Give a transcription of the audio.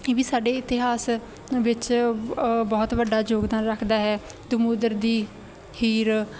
ਇਹ ਵੀ ਸਾਡੇ ਇਤਿਹਾਸ ਵਿੱਚ ਬਹੁਤ ਵੱਡਾ ਯੋਗਦਾਨ ਰੱਖਦਾ ਹੈ ਅਤੇ ਦਮੋਦਰ ਦੀ ਹੀਰ